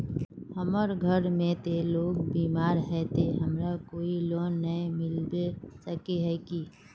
हमर घर में ते लोग बीमार है ते हमरा कोई लोन नय मिलबे सके है की?